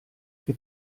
che